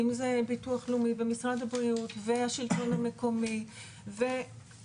אם זה ביטוח לאומי במשרד הבריאות והשלטון המקומי והצבא